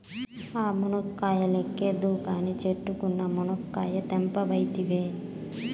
ఆ మునక్కాయ లెక్కేద్దువు కానీ, చెట్టుకున్న మునకాయలు తెంపవైతివే